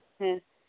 ᱦᱮᱸ